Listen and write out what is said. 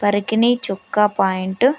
పరికిణి చొక్కా పాయింటు